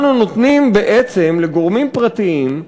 אנחנו נותנים לגורמים פרטיים,